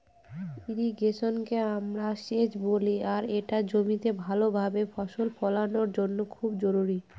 ইর্রিগেশনকে আমরা সেচ বলি আর এটা জমিতে ভাল ভাবে ফসল ফলানোর জন্য খুব জরুরি